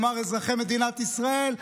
כלומר אזרחי מדינת ישראל,